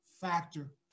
factor